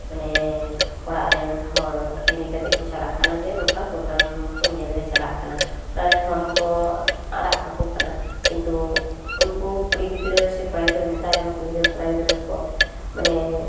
ᱢᱟᱱᱮ ᱚᱲᱟᱜ ᱨᱮᱱ ᱦᱚᱲ ᱞᱟᱹᱭ ᱠᱟᱛᱮᱫ ᱠᱚ ᱪᱟᱞᱟᱜ ᱠᱟᱱᱟ ᱡᱮ ᱱᱚᱝᱠᱟ ᱯᱨᱳᱜᱨᱟᱢ ᱠᱚ ᱧᱮᱞᱼᱞᱮ ᱪᱟᱞᱟᱜ ᱠᱟᱱᱟ ᱚᱲᱟᱜ ᱨᱮᱱ ᱦᱚᱲ ᱦᱚᱠᱚ ᱟᱲᱟᱜ ᱠᱟᱠᱚ ᱠᱟᱱᱟ ᱠᱤᱱᱛᱩ ᱩᱱᱠᱩ ᱠᱩᱲᱤ ᱜᱤᱫᱽᱨᱟᱹ ᱥᱮ ᱠᱚᱲᱟ ᱜᱤᱫᱽᱨᱟᱹ ᱱᱮᱛᱟᱨ ᱨᱮᱱ ᱠᱩᱲᱤ ᱜᱤᱫᱽᱨᱟᱹ ᱠᱚᱲᱟ ᱜᱤᱫᱽᱨᱟᱹ ᱠᱚ ᱢᱟᱱᱮ